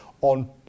on